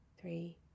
three